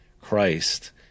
Christ